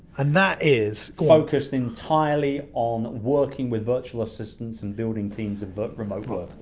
and that is focused entirely on working with virtual assistants and building teams but remote